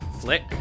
Flick